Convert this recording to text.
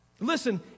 Listen